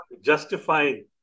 justifying